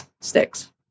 sticks